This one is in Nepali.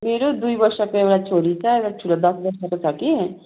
मेरो दुई वर्षको एउटा छोरी छ एउटा ठुलो दस वर्षको छ कि